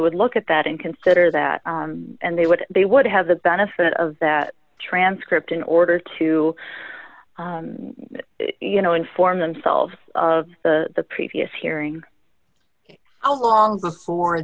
would look at that and consider that and they would they would have the benefit of that transcript in order to you know inform themselves of the previous hearing how long before